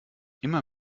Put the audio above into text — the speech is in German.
immer